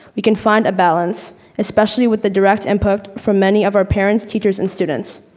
we can find a balance especially with the direct input from many of our parents, teachers and students.